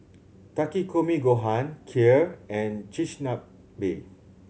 Takikomi Gohan Kheer and Chigenabe